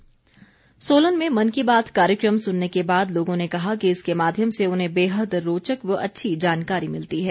प्रतिक्रिया सोलन में मन की बात कार्यक्रम सुनने के बाद लोगों ने कहा कि इसके माध्यम से उन्हें बेहद रोचक व अच्छी जानकारी मिलती है